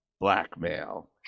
blackmail